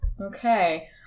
okay